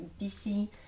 BC